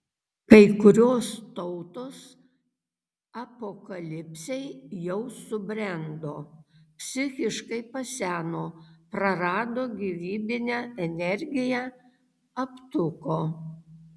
kai kurios tautos apokalipsei jau subrendo psichiškai paseno prarado gyvybinę energiją aptuko